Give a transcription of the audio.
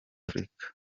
afurika